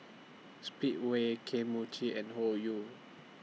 Speedway Kane Mochi and Hoyu